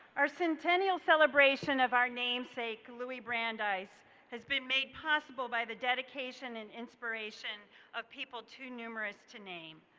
our centennial celebration of our namesake louie brandeis has been made possible by the dedication and inspiration of people too numerous to name,